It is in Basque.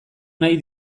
nahi